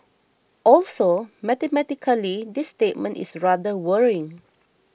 also mathematically this statement is rather worrying